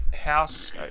House